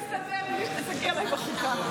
תודה, סימון.